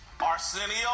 Arsenio